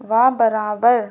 وہ برابر